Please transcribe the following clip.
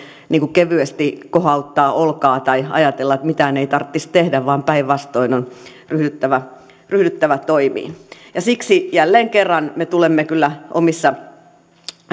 kevyesti kohauttaa olkaa tai ajatella että mitään ei tarvitsisi tehdä vaan päinvastoin on ryhdyttävä ryhdyttävä toimiin siksi jälleen kerran me tulemme kyllä omissa